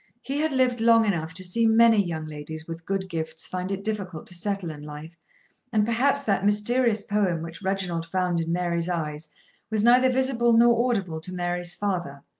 he had lived long enough to see many young ladies with good gifts find it difficult to settle in life and perhaps that mysterious poem which reginald found in mary's eyes was neither visible nor audible to mary's father.